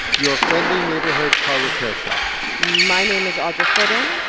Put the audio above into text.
your friendly neighborhood car repair shop my name is audra fordin.